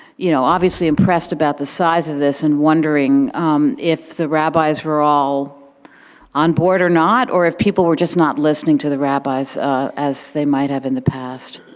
you know, obviously impressed about the size of this and wondering if the rabbis were all onboard or not, or if people were just not listening to the rabbis as they might have in the past.